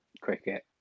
cricket